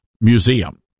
museum